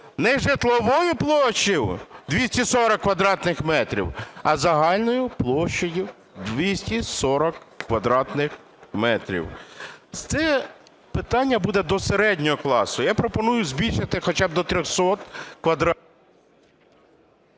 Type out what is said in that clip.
нежитлової площі 240 квадратних метрів, а загальною площею 240 квадратних метрів. Це питання буде до середнього класу. Я пропоную збільшити хоча до 300 квадратних…